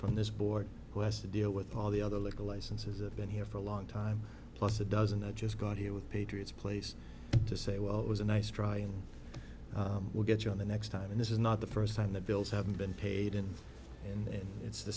from this board who has to deal with all the other little licenses have been here for a long time plus a dozen i just got here with patriots place to say well it was a nice try and we'll get you on the next time and this is not the first time the bills haven't been paid in and it's the